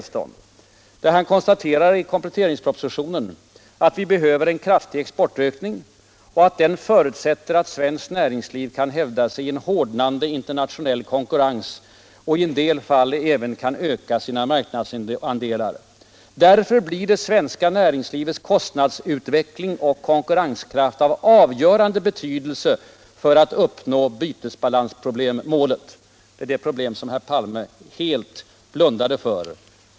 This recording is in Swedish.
Han konstaterade i kompletteringspropositionen att vi behöver en kraftig exportökning och att den förutsätter att svenskt näringsliv kan hävda sig i en hårdnande internationell konkurrens och i en del fall även kan öka sina marknadsandelar. Han anför: ”Därför blir det svenska näringslivets kostnadsutveckling och konkurrenskraft av avgörande betydelse för att uppnå bytesbalansmålet” — det problem som herr Palme helt blundade för.